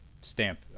stamp